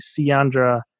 siandra